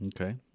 Okay